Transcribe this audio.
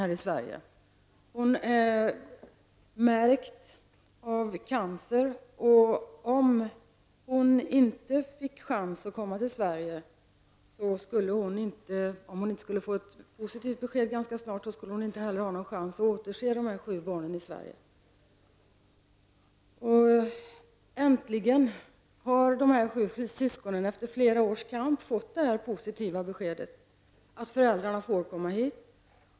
Hon är märkt av cancer, och om hon inte får chansen att ganska snart komma till Sverige kommer hon inte att få någon ny chans att återse de sju barnen. Efter flera års kamp har syskonen fått det positiva beskedet att föräldrarna får komma hit.